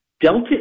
Delta